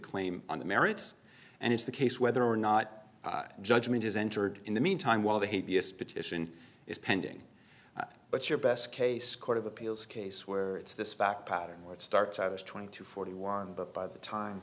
claim on the merits and it's the case whether or not judgment is entered in the meantime while the hate vs petition is pending but your best case court of appeals case where it's this fact pattern where it starts out as twenty to forty one but by the time